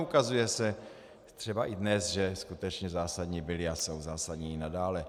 A ukazuje se třeba i dnes, že skutečně zásadní byly a jsou zásadní i nadále.